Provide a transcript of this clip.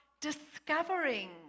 discovering